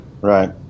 Right